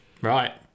Right